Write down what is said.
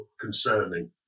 concerning